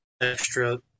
extra